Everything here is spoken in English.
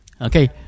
Okay